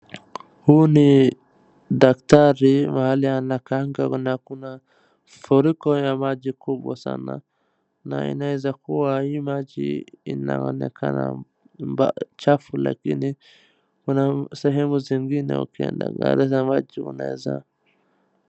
Huu ni daktari mahali anakaaga na kuna furiko ya maji kubwa sana na inaweza kuwa hii maji inaonekana chafu lakini kuna sehemu zingine ukiangalia na macho.